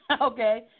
Okay